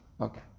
Okay